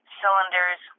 cylinders